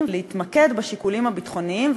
ולהתמקד בשיקולים הביטחוניים,